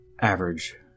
average